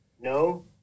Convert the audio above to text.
No